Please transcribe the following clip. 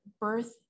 birth